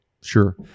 Sure